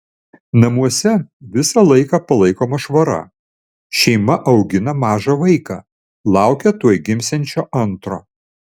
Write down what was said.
namuose visą laiką palaikoma švara šeima augina mažą vaiką laukia tuoj gimsiančio antro